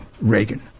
Reagan